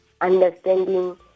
understanding